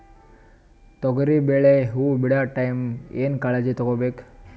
ತೊಗರಿಬೇಳೆ ಹೊವ ಬಿಡ ಟೈಮ್ ಏನ ಕಾಳಜಿ ತಗೋಬೇಕು?